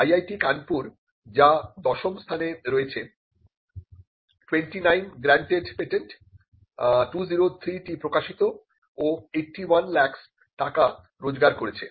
IIT Kanpur যা দশম স্থানে রয়েছে 29 গ্র্যান্টেড পেটেন্ট 203টি প্রকাশিত ও 81লাখ টাকা রোজগার পেয়েছে